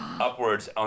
upwards